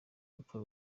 rupfu